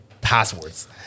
passwords